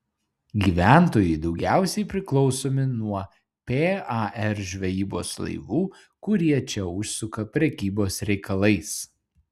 gyventojai daugiausiai priklausomi nuo par žvejybos laivų kurie čia užsuka prekybos reikalais